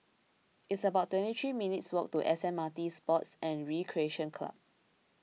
it's about twenty three minutes' walk to S M R T Sports and Recreation Club